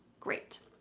great.